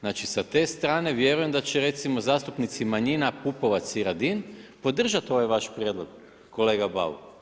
Znači sa te strane vjerujem da će recimo zastupnici manjina Pupovac i Radin podržati ovaj vaš prijedlog kolega Bauk.